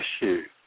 issue